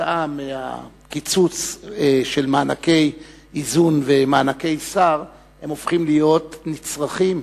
בגלל הקיצוץ של מענקי איזון ומענקי שר היישובים הופכים להיות נצרכים.